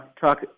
talk